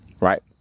Right